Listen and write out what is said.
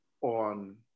on